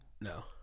No